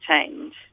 change